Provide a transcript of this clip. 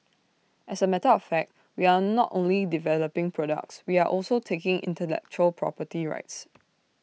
as A matter of fact we are not only developing products we are also taking intellectual property rights